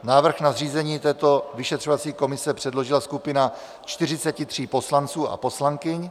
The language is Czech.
Návrh na zřízení této vyšetřovací komise předložila skupina 43 poslanců a poslankyň.